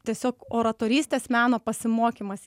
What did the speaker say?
tiesiog oratorystės meno pasimokymas